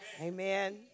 Amen